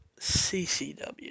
CCW